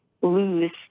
lose